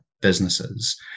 businesses